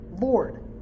Lord